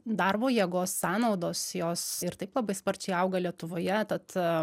darbo jėgos sąnaudos jos ir taip labai sparčiai auga lietuvoje tad